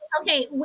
Okay